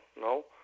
no